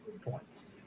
points